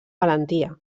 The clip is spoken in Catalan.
valentia